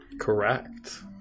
Correct